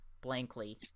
blankly